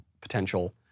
potential